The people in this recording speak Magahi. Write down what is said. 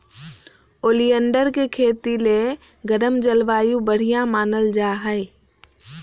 ओलियंडर के खेती ले गर्म जलवायु बढ़िया मानल जा हय